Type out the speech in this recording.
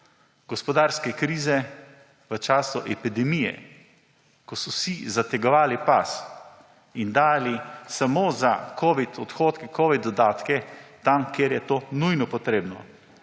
gospodarske krize, v času epidemije, ko so vsi zategovali pas in dajali samo za covid odhodke, covid dodatke tam, kjer je to nujno potrebno.